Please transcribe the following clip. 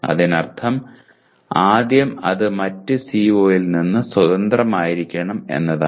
അതിനർത്ഥം ആദ്യം അത് മറ്റ് CO ൽ നിന്ന് സ്വതന്ത്രമായിരിക്കണം എന്നതാണ്